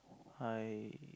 I